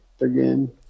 again